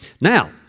Now